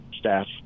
Staff